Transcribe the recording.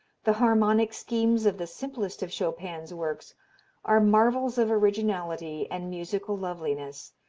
the harmonic schemes of the simplest of chopin's works are marvels of originality and musical loveliness,